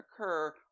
occur